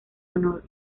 honor